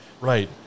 right